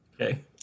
Okay